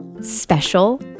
special